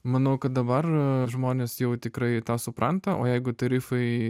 manau kad dabar žmonės jau tikrai tą supranta o jeigu tarifai